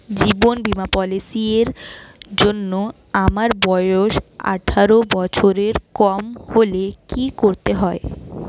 জীবন বীমা পলিসি র জন্যে আমার বয়স আঠারো বছরের কম হলে কি করতে হয়?